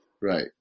Right